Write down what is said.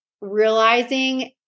realizing